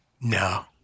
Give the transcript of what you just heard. No